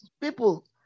people